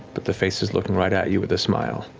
but the face is looking right at you with a smile.